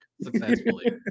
successfully